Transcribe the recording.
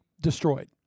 destroyed